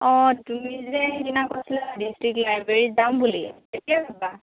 অঁ তুমি যে সেইদিনা কৈছিলা ডিষ্ট্ৰিক লাইব্ৰেৰী যাম বুলি কেতিয়া যাবা